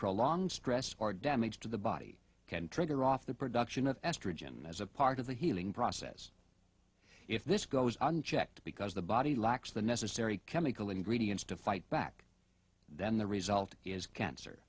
prolonged stress or damage to the body can trigger off the production of estrogen as a part of the healing process if this goes on checked because the body lacks the necessary chemical ingredients to fight back then the result is cancer